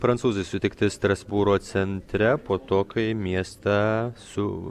prancūzai sutikti strasbūro centre po to kai miestą su